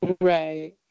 right